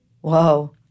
Whoa